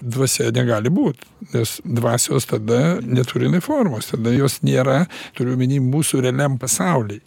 dvasia negali būt nes dvasios tada neturi jinai formos tada jos nėra turiu omeny mūsų realiam pasauly